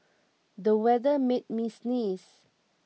the weather made me sneeze